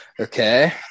Okay